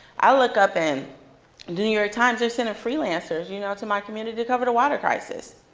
i look up and new york times, they're sending free lancers you know to my community to cover the water crisis.